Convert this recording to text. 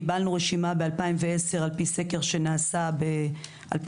קיבלנו רשימה ב-2010 על פי סקר שנעשה ב-2007,2008.